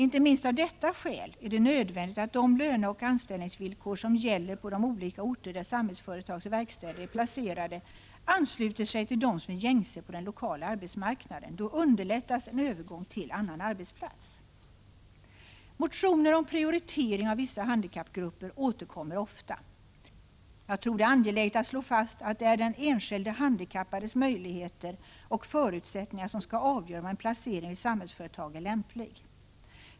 Inte minst av detta skäl är det nödvändigt att de löneoch anställningsvillkor som gäller på de olika orter, där Samhällsföretags verkstäder är placerade, ansluter sig till dem som är gängse på den lokala arbetsmarknaden. Då underlättas en övergång till annan arbetsplats. Motioner om prioritering av vissa handikappgrupper återkommer ofta. Jag tror det är angeläget att slå fast att det är den enskilde handikappades 106 möjligheter och förutsättningar som skall avgöra om en placering vid Samhällsföretag är lämplig.